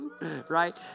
right